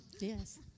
yes